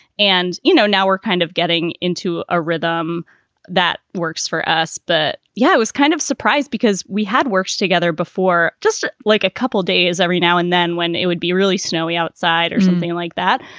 and, you know, now we're kind of getting into a rhythm that works for us. but yeah, it was kind of surprised because we had worked together before, just like a couple days every now and then when it would be really snowy outside or something like that.